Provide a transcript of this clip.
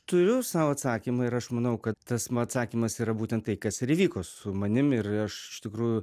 turiu sau atsakymą ir aš manau kad tas ma atsakymas yra būtent tai kas ir įvyko su manim ir aš iš tikrųjų